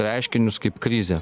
reiškinius kaip krizę